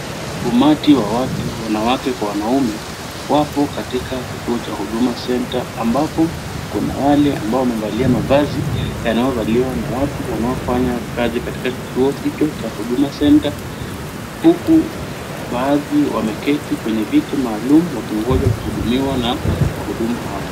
Umati wa watu wanawake kwa wanaume wapo katika kituo cha huduma centre ambapo kuna wale ambao wamevalia mavazi yanayovaliwa na watu wanaofanya kazi katika kituo hicho cha huduma centre huku baadhi wameketi kwenye viti maalum wakingoja kuhudumiwa na wahudumu hao.